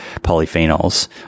polyphenols